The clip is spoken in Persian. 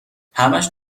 همش